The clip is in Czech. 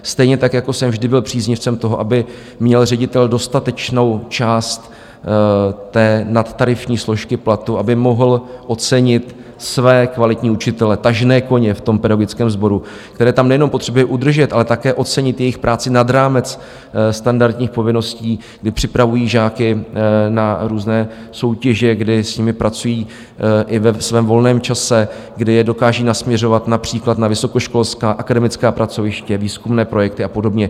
Stejně tak jako jsem vždy byl příznivcem toho, aby měl ředitel dostatečnou část té nadtarifní složky platu, aby mohl ocenit své kvalitní učitele, tažné koně v tom pedagogickém sboru, které tam potřebuje nejenom udržet, ale také ocenit jejich práci nad rámec standardních povinností, kdy připravují žáky na různé soutěže, kdy s nimi pracují i ve svém volném čase, kdy je dokážou nasměrovat například na vysokoškolská akademická pracoviště, výzkumné projekty a podobně.